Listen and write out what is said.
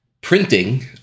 printing